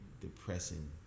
depressing